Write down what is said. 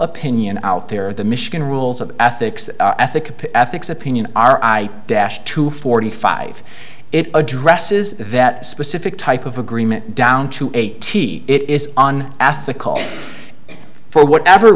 opinion out there of the michigan rules of ethics ethical ethics opinion are i dash to forty five it addresses that specific type of agreement down to eighty it is on ethical for whatever